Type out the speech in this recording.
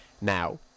Now